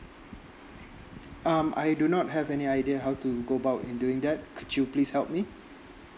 um I do not have any idea how to go about in doing that could you please help me